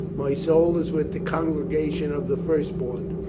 my soul is with the congregation of the firstborn,